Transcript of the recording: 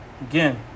Again